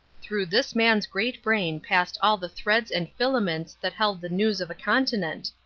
through this man's great brain passed all the threads and filaments that held the news of a continent.